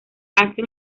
hace